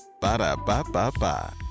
Ba-da-ba-ba-ba